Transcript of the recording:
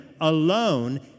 alone